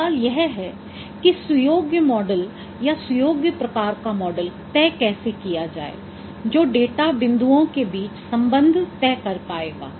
तो अब सवाल यह है कि सुयोग्य मॉडल या सुयोग्य प्रकार का मॉडल तय कैसे किया जाए जो डेटा बिन्दुओं के बीच सम्बन्ध तय कर पायेगा